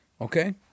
okay